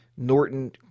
Norton